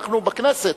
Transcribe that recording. אנחנו בכנסת,